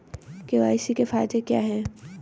KYC के फायदे क्या है?